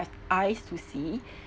have eyes to see